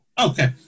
okay